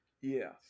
Yes